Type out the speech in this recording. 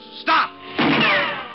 Stop